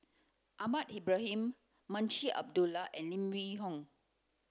Ahmad Ibrahim Munshi Abdullah and Lim Yew Hock